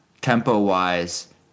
tempo-wise